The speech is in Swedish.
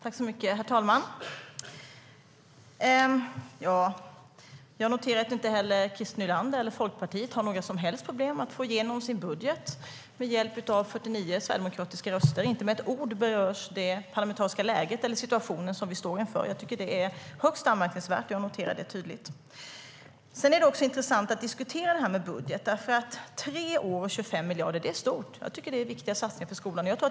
Herr talman! Jag noterar att inte heller Christer Nylander eller Folkpartiet har några som helst problem att få igenom sin budget med hjälp av 49 sverigedemokratiska röster. Inte med ett ord berörs det parlamentariska läget eller situationen vi står inför. Det är högst anmärkningsvärt, och jag noterar det tydligt. Det är intressant att diskutera budget. Tre år och 25 miljarder är stort. Det är viktiga satsningar på skolan.